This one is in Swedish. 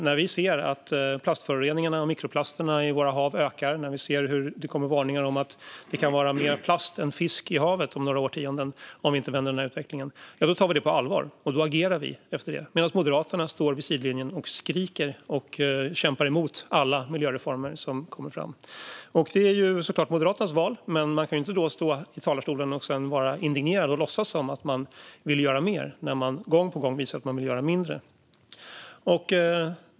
När vi ser plastföroreningarna och mikroplasterna i våra hav, när vi ser varningar om mer plast än fisk i havet om några årtionden, tar vi dem på allvar och agerar. Men Moderaterna står vid sidlinjen och skriker och kämpar emot alla miljöreformer som tas fram. Detta är såklart Moderaternas val, men man kan inte stå i talarstolen och sedan vara indignerad och låtsas som att man vill göra mer när man gång på gång visar att man vill göra mindre.